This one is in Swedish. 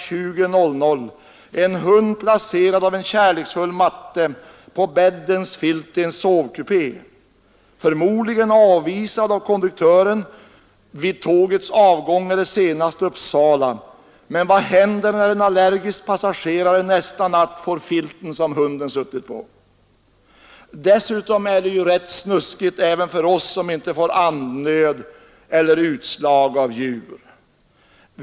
20.00 en hund placerad av en kärleksfull matte på bäddens filt i en sovkupé — troligen avvisad av konduktören vid tågets avgång eller senast i Uppsala — men vad händer när en allergisk passagerare nästa natt får filten som hunden suttit på! Dessutom är det ju rätt snuskigt även för oss som inte får andnöd eller utslag av djur!